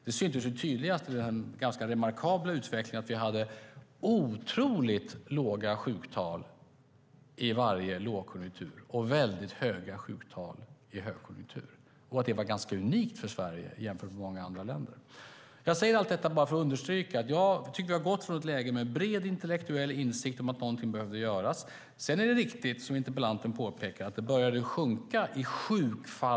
Det syntes tydligast i den ganska remarkabla utvecklingen att vi hade mycket låga sjuktal i lågkonjunktur och mycket höga sjuktal i högkonjunktur. Det var ganska unikt för Sverige jämfört med många andra länder. Jag säger allt detta för att understryka att jag tycker att vi gått från ett läge med bred intellektuell insikt om att någonting behövde göras. Det är riktigt som interpellanten påpekar, att sjukfallstalen började sjunka.